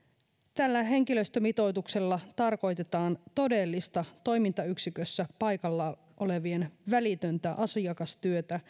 tällä henkilöstömitoituksella tarkoitetaan todellista toimintayksikössä paikalla olevien välitöntä asiakastyötä